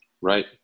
Right